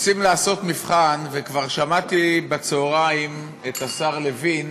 רוצים לעשות מבחן, וכבר שמעתי בצהריים את השר לוין